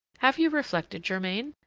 have you reflected, germain?